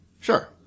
sure